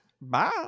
Bye